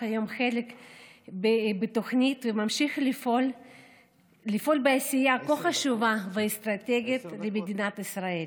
היום חלק בתוכנית וממשיך לפעול בעשייה כה חשובה ואסטרטגית במדינת ישראל.